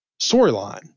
storyline